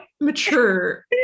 mature